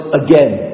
again